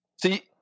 See